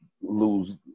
lose